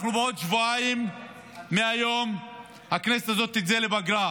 בעוד שבועיים מהיום הכנסת הזאת תצא לפגרה.